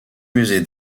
musée